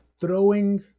throwing